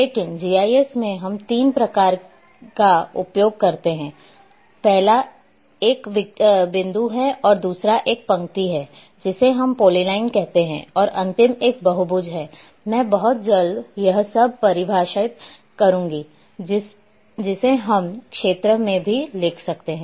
लेकिन जीआईएस में हम तीन प्रकार के का उपयोग करते हैं पहला एक बिंदु है और दूसरा एक पंक्ति है जिसे हम पॉलीलाइन कहते हैं और अंतिम एक बहुभुज है मैं बहुत जल्द यह सब परिभाषित करूंगा जिसे हम क्षेत्र भी लिख सकते हैं